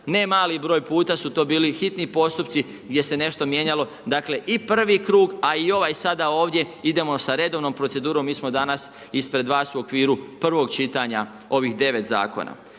Ne mali broj puta su to bili hitni postupci gdje se nešto mijenjalo, dakle i prvi krug a i ovaj sada ovdje, idemo sa redovnom procedurom, mi smo danas ispred vas u okviru prvog čitanja ovih 9 zakona.